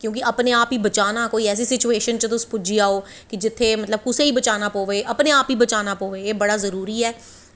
क्योंकि अपने आप गी बचाना की तुस ऐसी सिचूएशन च पुज्जी जाओ की जित्थें कुसै गी बचाना पवै अपने आप गी बचाना पवै एह् बड़ा जरूरी ऐ